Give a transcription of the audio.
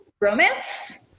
romance